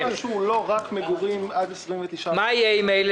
כל מה שהוא לא רק מגורים עד 29 --- מה יהיה עם אלה